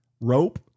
rope